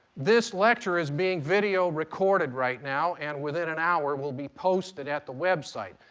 this lecture is being video recorded right now and within an hour will be posted at the website.